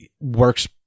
works